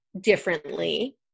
differently